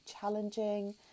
challenging